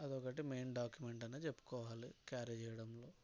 అది ఒకటి main document అనే చెప్పుకోవాలి క్యారి చేయడంలో